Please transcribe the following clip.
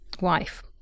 wife